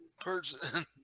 person